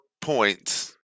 points